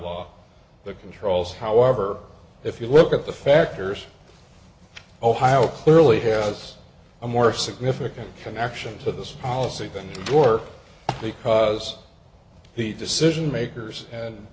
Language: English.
law the controls however if you look at the factors ohio clearly has a more significant connection to this policy than gore because he decision makers and